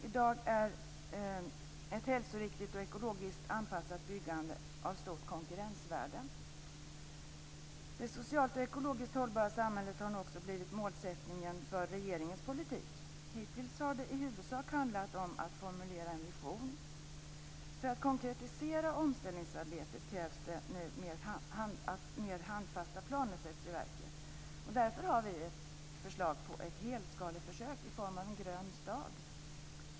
I dag är ett hälsoriktigt och ekologiskt anpassat byggande av stort konkurrensvärde. Det socialt och ekologiskt hållbara samhället har nu också blivit målsättningen för regeringens politik. Hittills har det i huvudsak handlat om att formulera en vision. För att konkretisera omställningsarbetet krävs det att mer handfasta planer sätts i verket. Därför har vi ett förslag om ett fullskaleförsök i form av en grön stad.